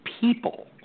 people